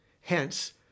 Hence